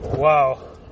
Wow